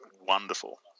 wonderful